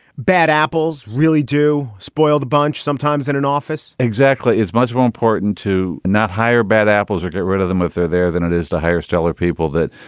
bad apples really do spoil the bunch sometimes in an office exactly. is much more important to not hire bad apples or get rid of them if they're there than it is to hire stellar people that,